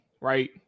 right